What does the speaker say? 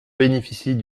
bénéficient